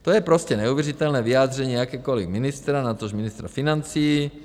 To je prostě neuvěřitelné vyjádření jakékoliv ministra, natož ministra financí.